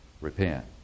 repent